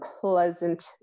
pleasant